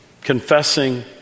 confessing